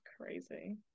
crazy